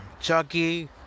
Chucky